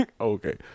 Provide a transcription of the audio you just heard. Okay